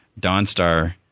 Dawnstar